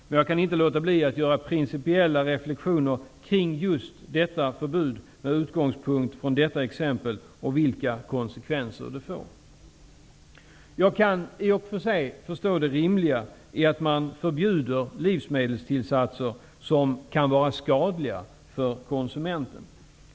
Men jag kan inte låta bli att göra principiella reflexioner kring just detta förbud och vilka konsekvenser det får, med utgångspunkt i detta exempel. Jag kan i och för sig förstå det rimliga i att man förbjuder livsmedelstillsatser som kan vara skadliga för konsumenten.